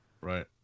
Right